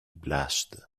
blushed